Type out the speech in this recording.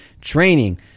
training